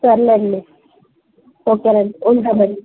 సరే లేండి ఓకే అండి ఉంటానండి